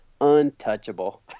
untouchable